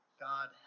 God